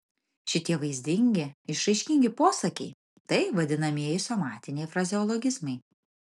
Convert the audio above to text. šitie vaizdingi išraiškingi posakiai tai vadinamieji somatiniai frazeologizmai